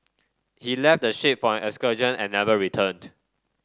he left the ship for an excursion and never returned